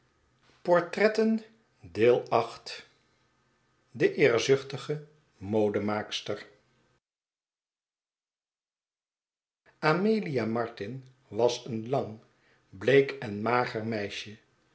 de eerzuchtige modemaakster amelia martin was een lang bleekenmager meisje